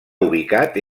ubicat